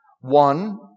One